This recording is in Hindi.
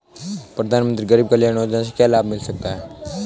प्रधानमंत्री गरीब कल्याण योजना से क्या लाभ मिल सकता है?